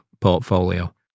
portfolio